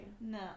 No